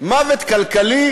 מוות כלכלי,